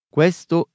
Questo